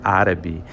árabe